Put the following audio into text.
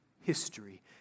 history